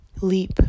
Leap